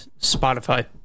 spotify